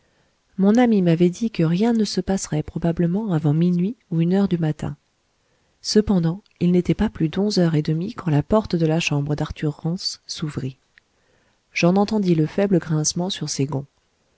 mon ami m'avait dit que rien ne se passerait probablement avant minuit ou une heure du matin cependant il n'était pas plus d'onze heures et demie quand la porte de la chambre d'arthur rance s'ouvrit j'en entendis le faible grincement sur ses gonds